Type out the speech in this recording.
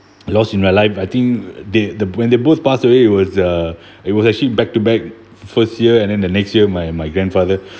lost in my life I think they the when they both passed away it was uh it was actually back to back first year and then the next year my my grandfather